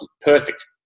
Perfect